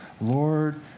Lord